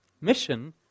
mission